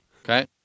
okay